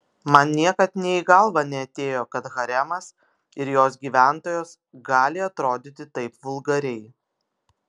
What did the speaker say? man niekad nė į galvą neatėjo kad haremas ir jos gyventojos gali atrodyti taip vulgariai